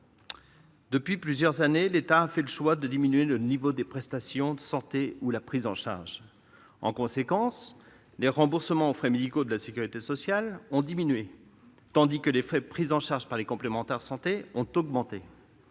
Depuis plusieurs années, l'État fait le choix de diminuer le niveau des prestations de santé ou la prise en charge. En conséquence, les remboursements en frais médicaux de la sécurité sociale ont diminué, tandis que les frais pris en charge par les complémentaires santé ont augmenté.